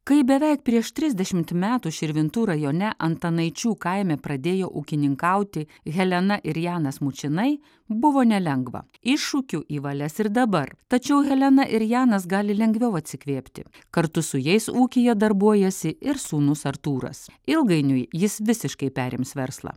kai beveik prieš trisdešimt metų širvintų rajone antanaičių kaime pradėjo ūkininkauti helena ir janas mučinai buvo nelengva iššūkių į valias ir dabar tačiau helena ir janas gali lengviau atsikvėpti kartu su jais ūkyje darbuojasi ir sūnus artūras ilgainiui jis visiškai perims verslą